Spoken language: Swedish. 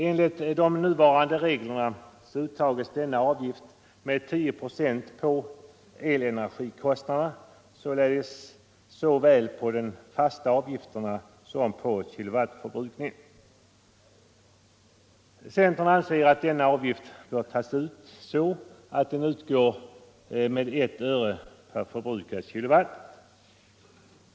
Enligt nuvarande regler uttages denna avgift med 10 procent på elenergikostnaden, således såväl på fasta avgifter som på kilowattförbrukning. Centern anser att denna avgift bör uttagas så att den utgår med 1 öre per kWh.